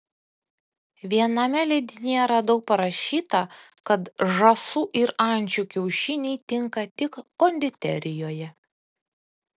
viename leidinyje radau parašyta kad žąsų ir ančių kiaušiniai tinka tik konditerijoje